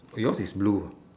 yours is blue ah